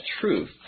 truth